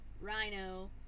Rhino